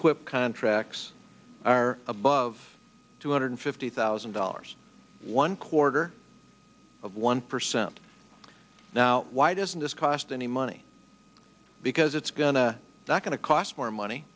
clip contracts are above two hundred fifty thousand dollars one quarter of one percent now why doesn't this cost any money because it's going to that going to cost more money